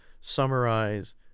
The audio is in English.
summarize